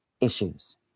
issues